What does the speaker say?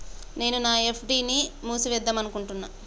నేను నా ఎఫ్.డి ని మూసివేద్దాంనుకుంటున్న